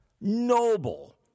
noble